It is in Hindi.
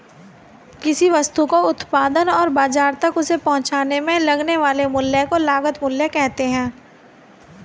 किसी वस्तु के उत्पादन और बाजार तक उसे पहुंचाने में लगने वाले मूल्य को लागत मूल्य कहते हैं